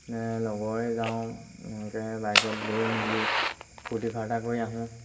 লগৰে যাওঁ এনেকৈ বাইকত গৈ মেলি ফূৰ্তি ফাৰ্তা কৰি আহোঁ